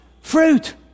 fruit